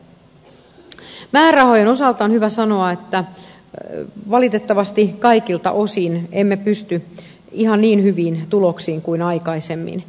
määrärahojen osalta on hyvä sanoa että valitettavasti kaikilta osin emme pysty ihan niin hyviin tuloksiin kuin aikaisemmin